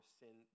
sin